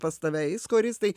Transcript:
pas tave eis choristai